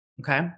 Okay